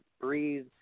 breathe